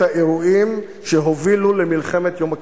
האירועים שהובילו למלחמת יום הכיפורים.